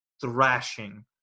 thrashing